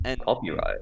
Copyright